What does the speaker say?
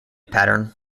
pattern